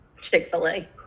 Chick-fil-A